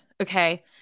Okay